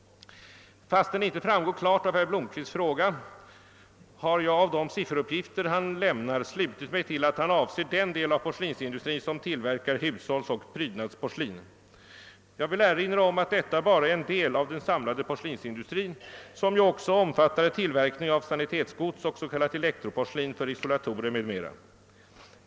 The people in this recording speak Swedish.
Fastän det inte framgår klart av herr Blomkvists fråga har jag av de sifferuppgifter han lämnar slutit mig till att han avser den del av porslinsindustrin som tillverkar hushållsoch prydnadsporslin. Jag vill erinra om att detta bara är en del av den samlade porslinsindustrin, som ju också omfattar tillverkning av sanitetsgods och s.k. elektroporslin för isolatorer m.m.